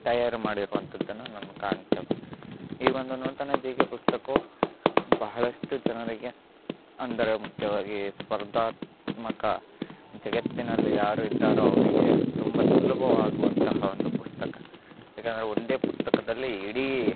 ತಯಾರು ಮಾಡಿರುವಂಥದ್ದನ್ನು ನಾವು ಕಾಣ್ತೇವೆ ಈ ಒಂದು ನೂತನ ಜಿ ಕೆ ಪುಸ್ತಕವು ಬಹಳಷ್ಟು ಜನರಿಗೆ ಅಂದರೆ ಮುಖ್ಯವಾಗಿ ಸ್ಪರ್ಧಾತ್ಮಕ ಜಗತ್ತಿನಲ್ಲಿ ಯಾರು ಇದ್ದಾರೋ ಅವರಿಗೆ ತುಂಬ ಸುಲಭವಾಗುವಂತಹ ಒಂದು ಪುಸ್ತಕ ಯಾಕಂದರೆ ಒಂದೇ ಪುಸ್ತಕದಲ್ಲಿ ಇಡೀ